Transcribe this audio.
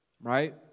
right